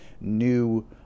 new